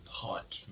hot